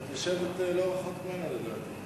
ואת יושבת לא רחוק ממנה, לדעתי.